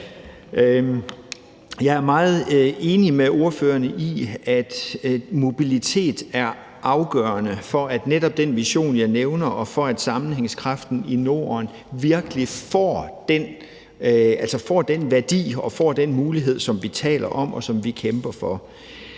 Jeg er meget enig med ordførerne i, at mobilitet er afgørende for, at netop den vision, jeg nævner, og for, at sammenhængskraften i Norden virkelig får den værdi og får den mulighed, som vi taler om, og som vi kæmper for.